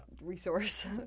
resource